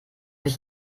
ich